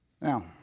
Now